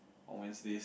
on Wednesdays